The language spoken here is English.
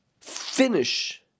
finish